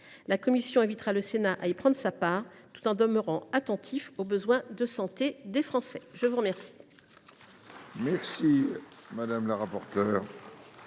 La commission invitera le Sénat à y prendre sa part, tout en demeurant attentif aux besoins de santé des Français. La parole